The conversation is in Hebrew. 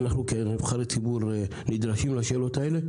ואנחנו כנבחרי ציבור נדרשים לשאלות האלה,